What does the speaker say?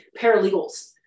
paralegals